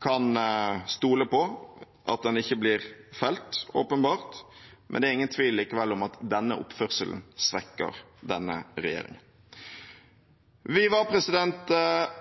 kan stole på at den ikke blir felt, åpenbart, men det er ingen tvil om at denne oppførselen svekker denne regjeringen. Vi var